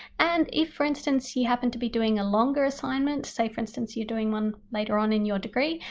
and if for instance you happen to be doing a longer assignment, say for instance you're doing one later on in your degree,